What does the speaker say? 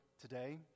today